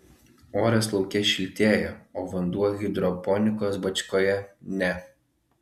oras lauke šiltėja o vanduo hidroponikos bačkoje ne